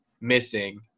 missing